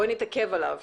בואי נתעכב עליו.